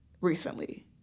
recently